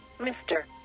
mister